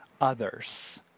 others